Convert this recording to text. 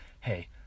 hey